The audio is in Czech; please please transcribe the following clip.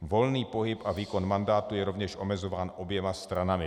Volný pohyb a výkon mandátu je rovněž omezován oběma stranami.